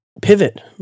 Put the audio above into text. pivot